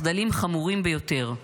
מחדלים חמורים ביותר,